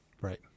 Right